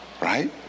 right